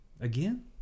Again